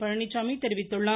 பழனிச்சாமி தெரிவித்துள்ளார்